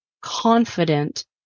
confident